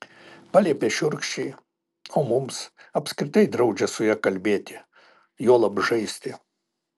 paliepia šiurkščiai o mums apskritai draudžia su ja kalbėti juolab žaisti